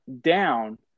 Down